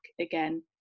again